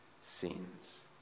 sins